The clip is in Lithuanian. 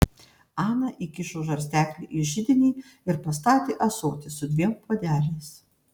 ana įkišo žarsteklį į židinį ir pastatė ąsotį su dviem puodeliais